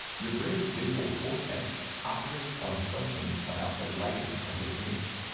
your brain's visual cortex operates on assumptions about the lighting of this image.